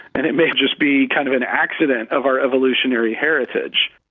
and it may just be kind of an accident of our evolutionary heritage.